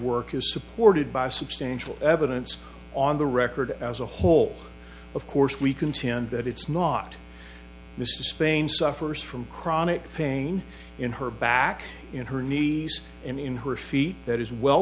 work is supported by substantial evidence on the record as a whole of course we contend that it's not mr spain suffers from chronic pain in her back in her knees in her feet that is well